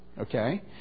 okay